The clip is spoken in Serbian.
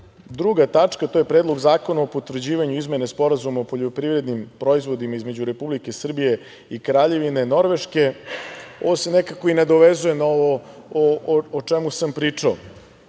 druga tačka, a to je Predlog zakona o potvrđivanju izmene Sporazuma o poljoprivrednim proizvodima između Republike Srbije i Kraljevine Norveške, ovo se nekako i nadovezuje na ovo o čemu sam pričao.